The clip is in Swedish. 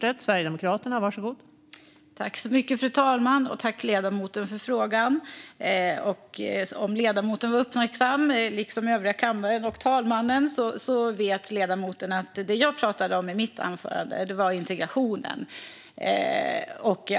Fru talman! Tack, ledamoten, för frågan! Om ledamoten - liksom övriga kammaren och talmannen - var uppmärksam vet hon att det jag pratade om i mitt anförande var integrationen.